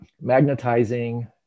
magnetizing